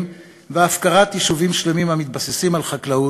והפקרת יישובים שלמים המתבססים על חקלאות,